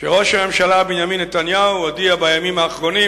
שראש הממשלה בנימין נתניהו הודיע בימים האחרונים